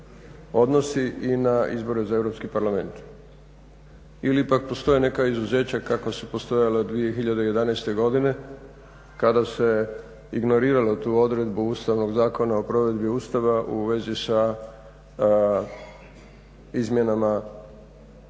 odnosi i na izbore za Europski parlament. Ili pak postoje neka izuzeća kakva su postojala 2011. godine kada se ignoriralo tu odredbu Ustavnog zakona o provedbi Ustava u vezi sa izmjenama i